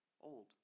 old